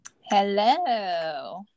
hello